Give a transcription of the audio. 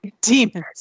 Demons